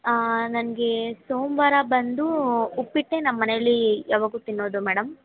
ನನಗೆ ಸೋಮವಾರ ಬಂದು ಉಪ್ಪಿಟ್ಟೆ ನಮ್ಮ ಮನೇಲಿ ಯವಾಗಲು ತಿನ್ನೋದು ಮೇಡಮ್